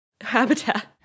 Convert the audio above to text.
habitat